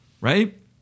right